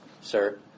sir